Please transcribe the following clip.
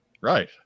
right